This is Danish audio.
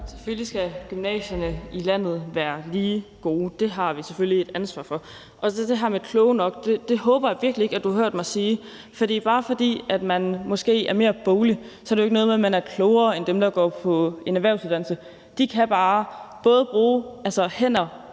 Selvfølgelig skal gymnasierne i hele landet være lige gode. Det har vi selvfølgelig et ansvar for. Og til det her med at være klog nok, vil jeg sige, at det håber jeg virkelig ikke at du har hørt mig sige. For bare fordi man måske er mere boglig, er det jo ikke noget med, at man er klogere end dem, der går på en erhvervsuddannelse. De kan bare både bruge hænder